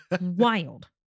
wild